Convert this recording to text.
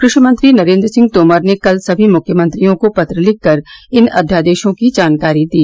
कृषि मंत्री नरेन्द्र सिंह तोमर ने कल सभी मुख्यमंत्रियों को पत्र लिखकर इन अध्यादेशों की जानकारी दी